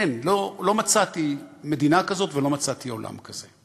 אין, לא מצאתי מדינה כזאת ולא מצאתי עולם כזה.